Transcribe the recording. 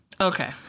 Okay